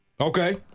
Okay